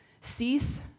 Cease